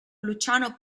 luciano